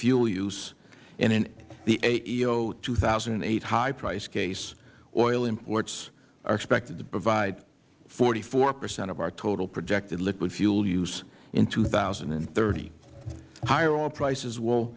fuel use and in the aeo two thousand and eight high price case oil imports are expected to provide forty four percent of our total projected liquid fuel use in two thousand and thirty higher oil prices will